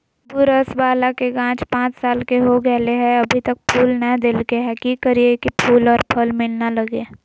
नेंबू रस बाला के गाछ पांच साल के हो गेलै हैं अभी तक फूल नय देलके है, की करियय की फूल और फल मिलना लगे?